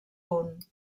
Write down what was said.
punt